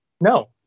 No